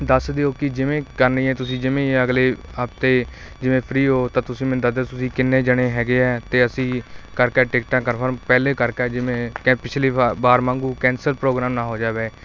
ਦੱਸ ਦਿਓ ਕਿ ਜਿਵੇਂ ਕਰਨੀ ਹੈ ਤੁਸੀਂ ਜਿਵੇਂ ਹੀ ਅਗਲੇ ਹਫਤੇ ਜਿਵੇਂ ਫ੍ਰੀ ਹੋ ਤਾਂ ਤੁਸੀਂ ਮੈਨੂੰ ਦੱਸ ਦਿਓ ਤੁਸੀਂ ਕਿੰਨੇ ਜਣੇ ਹੈਗੇ ਐ ਅਤੇ ਅਸੀਂ ਕਰ ਕਰ ਟਿਕਟਾਂ ਕੰਫਰਮ ਪਹਿਲਾਂ ਕਰਕੇ ਜਿਵੇਂ ਕਿ ਪਿਛਲੀ ਵਾ ਵਾਰ ਵਾਂਗੂੰ ਕੈਂਸਲ ਪ੍ਰੋਗਰਾਮ ਨਾ ਹੋ ਜਾਵੇ